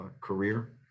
career